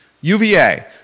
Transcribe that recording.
UVA